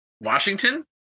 Washington